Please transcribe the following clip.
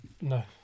no